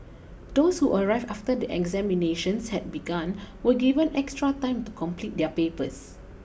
those who arrived after the examinations had begun were given extra time to complete their papers